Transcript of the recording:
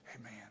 Amen